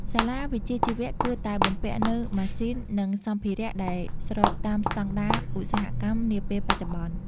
សាលាវិជ្ជាជីវៈគួរតែបំពាក់នូវម៉ាស៊ីននិងសម្ភារៈដែលស្របតាមស្តង់ដារឧស្សាហកម្មនាពេលបច្ចុប្បន្ន។